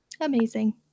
Amazing